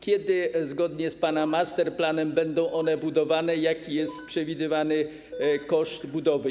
Kiedy zgodnie z pana masterplanem będą one budowane i jaki jest przewidywany koszt budowy?